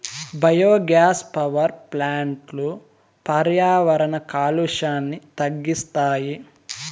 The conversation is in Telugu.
బయోగ్యాస్ పవర్ ప్లాంట్లు పర్యావరణ కాలుష్యాన్ని తగ్గిస్తాయి